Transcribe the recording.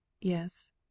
yes